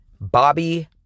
Bobby